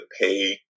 pay